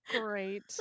Great